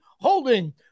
holding